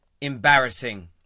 embarrassing